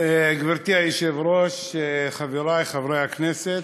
גברתי היושבת-ראש, חברי חברי הכנסת.